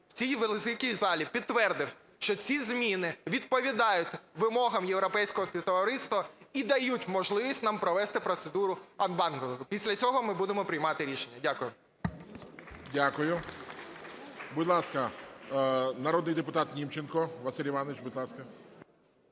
в цій великій залі підтвердив, що зміни відповідають вимогам європейського співтовариства і дають можливість нам провести процедуру анбандлінгу. Після цього ми будемо приймати рішення. Дякую. ГОЛОВУЮЧИЙ. Дякую. Будь ласка, народний депутат Німченко Василь Іванович, будь ласка.